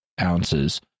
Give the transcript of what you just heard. ounces